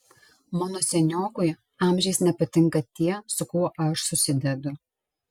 mano seniokui amžiais nepatinka tie su kuo aš susidedu